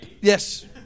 Yes